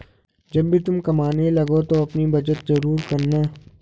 जब भी तुम कमाने लगो तो अपनी बचत जरूर करना